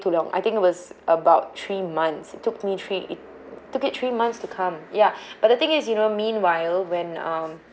too long I think it was about three months it took me three it took it three months to come ya but the thing is you know meanwhile when um